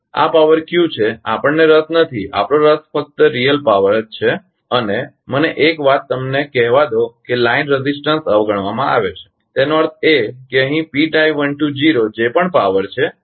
આ power Q છે આપણને રસ નથી આપણો રસ ફક્ત વાસ્તવિક પાવર જ છે અને મને એક વાત તમને કહેવા દો કે લાઇન રેઝિસ્ટન્સ અવગણવામાં આવે છે તેનો અર્થ એ કે અહીં જે પણ પાવર છે